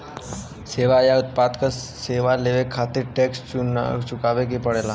सेवा या उत्पाद क सेवा लेवे खातिर टैक्स चुकावे क पड़ेला